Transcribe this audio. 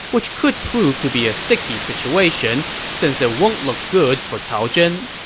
which could prove to be a sticky situation since it won't look good for cao zhen.